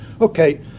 Okay